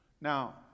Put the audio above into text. Now